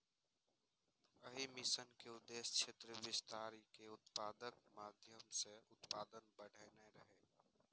एहि मिशन के उद्देश्य क्षेत्र विस्तार आ उत्पादकताक माध्यम सं उत्पादन बढ़ेनाय रहै